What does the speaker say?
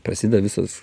prasideda visas